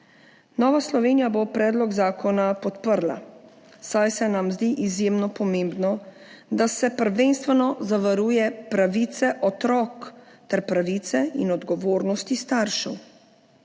Nova Slovenija bo predlog zakona podprla, saj se nam zdi izjemno pomembno, da se prvenstveno zavarujejo pravice otrok ter pravice in odgovornost staršev.